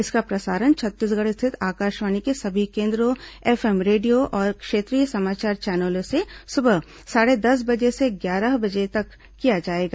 इसका प्रसारण छत्तीसगढ़ रिथित आकाशवाणी के सभी केन्द्रों एफएम रेडियो और क्षेत्रीय समाचार चैनलों से सुबह साढ़े दस बजे से ग्यारह बजे तक किया जाएगा